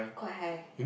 quite high